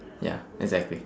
ya exactly